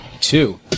Two